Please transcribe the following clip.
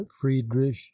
friedrich